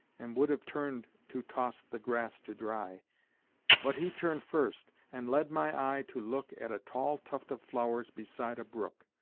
and would have turned to toss the grass to dry but he turned first, and led my eye to look at a tall tuft of flowers beside a brook,